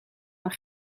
een